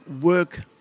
work